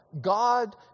God